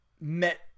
met